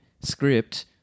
script